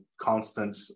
constant